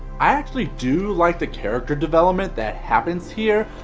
i actually do like the character development that happens here,